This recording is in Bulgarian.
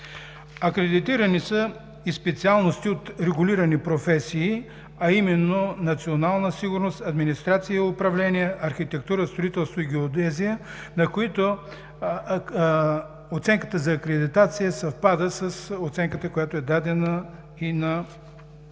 Акредитирани са и специалности от регулирани професии, а именно: „Национална сигурност“, „Администрация и управление“, „Архитектура, строителство и геодезия“, на които оценката за акредитация съвпада с оценката, която е дадена и на